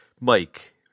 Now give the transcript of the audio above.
Mike